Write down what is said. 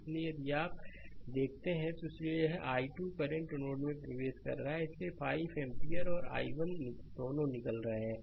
इसलिए यदि आप देखते हैं तो इसलिए यह i2 करंट नोड में प्रवेश कर रहा है इसलिए 5 एम्पीयर और i1 दोनों निकल रहे हैं